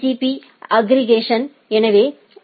பீ aggregation எனவே C